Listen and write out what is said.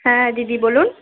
হ্যাঁ দিদি বলুন